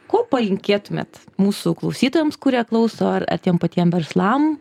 ko palinkėtumėt mūsų klausytojams kurie klauso ar ar tiem patiem verslam